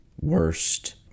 worst